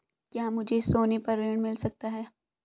क्या मुझे सोने पर ऋण मिल सकता है?